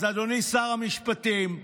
אז אדוני שר המשפטים,